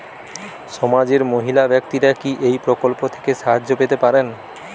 সমাজের মহিলা ব্যাক্তিরা কি এই প্রকল্প থেকে সাহায্য পেতে পারেন?